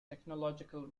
technological